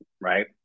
Right